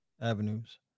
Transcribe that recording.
avenues